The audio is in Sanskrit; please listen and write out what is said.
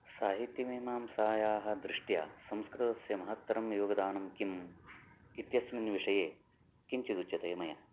साहित्यमीमांसायाः दृष्ट्या संस्कृतस्य महत्तरं योगदानं किम् इत्यस्मिन् विषये किञ्चिदुच्यते मया